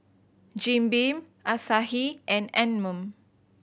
Jim Beam Asahi and Anmum